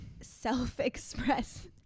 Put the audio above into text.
self-express